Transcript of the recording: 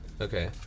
okay